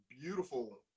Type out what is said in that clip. beautiful